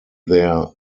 their